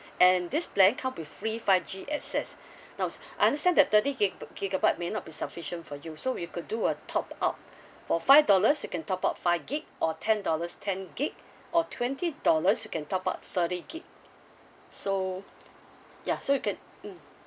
and this plan come with free five G access now s~ I understand that thirty gig b~ gigabyte may not be sufficient for you so we could do a top up for five dollars you can top up five gig or ten dollars ten gig or twenty dollars you can top up thirty gig so ya so you can mm